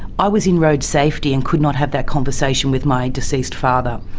i was in road safety and could not have that conversation with my deceased father.